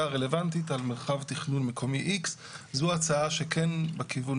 הרלוונטית על מרחב תכנון מקומי X. זו הצעה שכן בכיוון